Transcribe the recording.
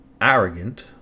arrogant